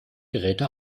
geräte